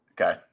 Okay